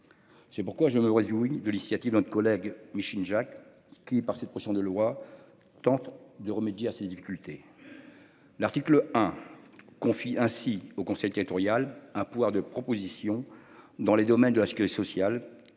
C'est pourquoi je me réjouis de l'initiative de notre collègue Micheline Jacques qui par cette pression de loi tente de remédier à ces difficultés. L'article 1, confie ainsi au conseil territorial un pouvoir de propositions, dans les domaines de la sécurité sociale